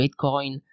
Bitcoin